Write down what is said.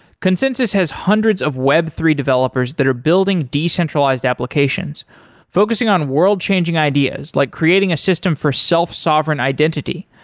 consensys has hundreds of web three developers that are building decentralized applications focusing on world-changing ideas, like creating a system for self-sovereign identity,